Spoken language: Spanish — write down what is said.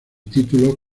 títulos